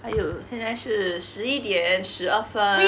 !aiyo! 现在是十一点十二分